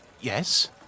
yes